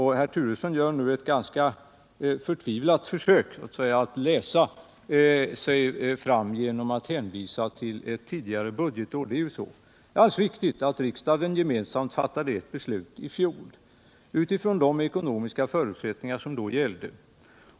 Herr Turesson gör nu ett ganska förtvivlat försök att hänvisa till ett tidigare budgetår. Det är alldeles riktigt att riksdagen fattade ett beslut i fjol utifrån de ekonomiska förutsättningar som då gällde.